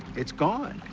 it's gone.